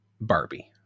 Barbie